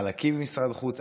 חלקים ממשרד חוץ,